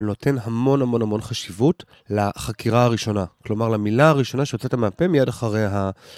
נותן המון המון המון חשיבות לחקירה הראשונה. כלומר, למילה הראשונה שהוצאת מהפה מיד אחרי ה...